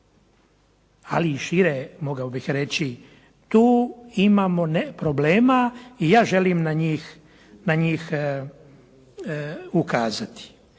i šire mogao bih reći, tu imamo problema i ja želim na njih ukazati.